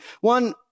One